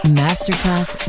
masterclass